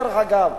דרך אגב,